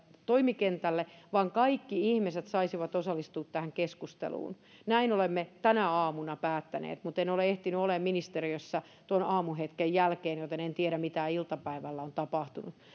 toimikentälle vaan kaikki ihmiset saisivat osallistua tähän keskusteluun näin olemme tänä aamuna päättäneet mutta en ole ehtinyt olemaan ministeriössä tuon aamuhetken jälkeen joten en en tiedä mitä iltapäivällä on tapahtunut